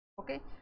Okay